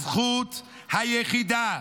הזכות היחידה,